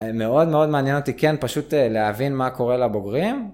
מאוד מאוד מעניין אותי, כן, פשוט להבין מה קורה לבוגרים.